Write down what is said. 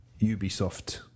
Ubisoft